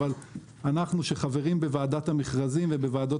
אבל אנחנו שחברים בוועדת המכרזים ובוועדות